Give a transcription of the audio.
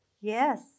Yes